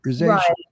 Right